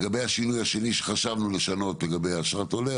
השינוי השני שחשבנו לשנות לגבי אשרת עולה,